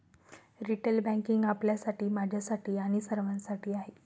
retail banking आपल्यासाठी, माझ्यासाठी आणि सर्वांसाठी आहे